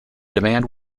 demand